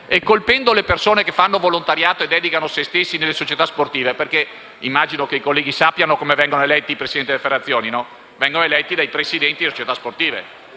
colpiva le persone che fanno volontariato, dedicando se stesse alle società sportive. Immagino che i colleghi sappiano che i presidenti delle Federazioni vengono eletti dai presidenti delle società sportive,